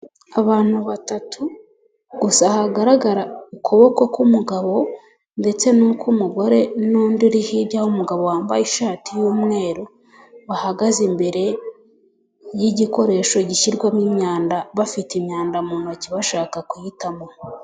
Abantu batatu gusa hagaragara ukuboko k'umugabo ndetse n'uw'umugore n'undi uri hirya w'umugabo wambaye ishati y'umweru bahagaze imbere y'igikoresho gishyirwamo imyanda bafite imyanda mu ntoki bashaka kuyihitamo.